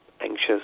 anxious